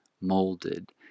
molded